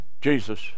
Jesus